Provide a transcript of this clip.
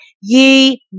ye